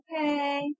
Okay